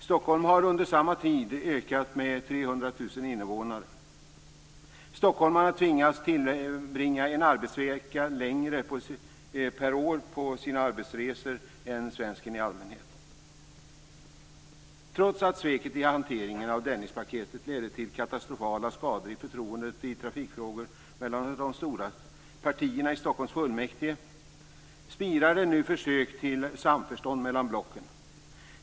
Stockholm har under samma tid ökat med 300 000 invånare. Stockholmarna tvingas tillbringa en arbetsvecka längre per år på sina arbetsresor än svensken i allmänhet. Trots att sveket i hanteringen av Dennispaketet ledde till katastrofala skador i förtroendet i trafikfrågor mellan de stora partierna i Stockholms fullmäktige spirar det nu försök till samförstånd mellan blocken.